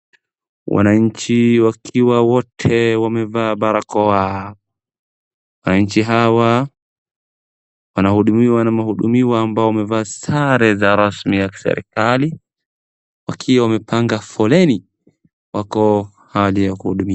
Wananchi wakiwa wote wamevaa barakoa. Wananchi hawa wanahudumiwa na mhudumiwa ambao wamevaa sare za rasmi ya serikali, wakiwa wamepanga foleni, wako hali ya kuhudumiwa.